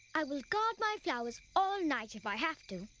i will guard my flowers all night if i have to.